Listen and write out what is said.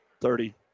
Thirty